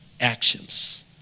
actions